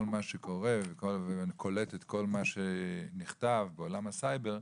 מה שקורה וקולטת כל מה שנכתב בעולם הסייבר,